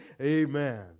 Amen